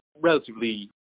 relatively